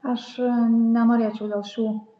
aš nenorėčiau dėl šių